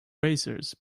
razors